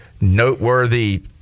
noteworthy